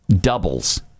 doubles